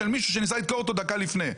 אם הוא ניסה לדקור אותו דקה לפני.